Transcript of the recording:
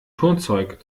turnzeug